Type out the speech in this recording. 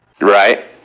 Right